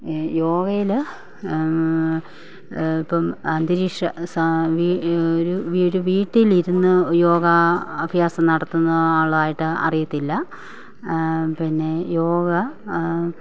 യോഗയിൽ ഇപ്പം അന്തരീക്ഷ സാ വീ ഒരു ഒരു വീട്ടിലിരുന്നു യോഗാ അഭ്യാസം നടത്തുന്ന ആളായിട്ട് അറിയത്തില്ല പിന്നേ യോഗ